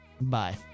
bye